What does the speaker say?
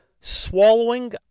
swallowing